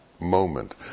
moment